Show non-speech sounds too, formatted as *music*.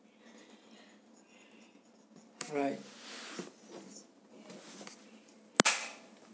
alright *noise*